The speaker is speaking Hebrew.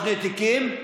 מסית שכמוך.